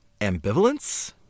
ambivalence